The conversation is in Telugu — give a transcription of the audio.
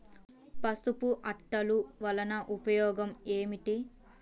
పసుపు అట్టలు వలన ఉపయోగం ఏమిటి?